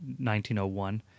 1901